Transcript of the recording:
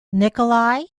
nikolai